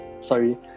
sorry